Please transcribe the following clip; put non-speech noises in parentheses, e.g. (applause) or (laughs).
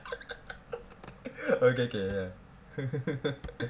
(laughs) okay K ya